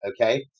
Okay